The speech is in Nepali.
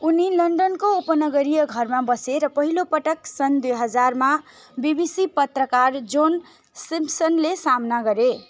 उनी लन्डनको उपनगरीय घरमा बसे र पहिलो पटक सन् दुई हजारमा बिबिसी पत्रकार जोन सिम्पसनले सामना गरे